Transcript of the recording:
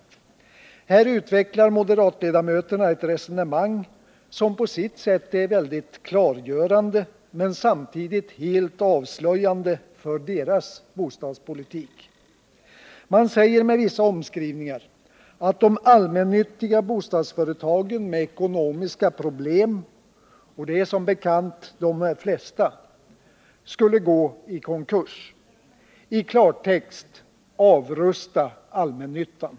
I detta utvecklar moderatledamöterna ett resonemang, som på sitt sätt är väldigt klargörande men samtidigt helt avslöjande för deras bostadspolitik. De säger med vissa omskrivningar att de allmännyttiga bostadsföretagen med ekonomiska problem — och det är som bekant de flesta — skulle få gå i konkurs. I klartext: Avrusta allmännyttan!